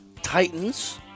Titans